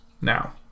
Now